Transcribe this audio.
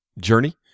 journey